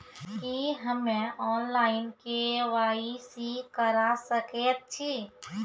की हम्मे online, KYC करा सकैत छी?